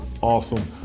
Awesome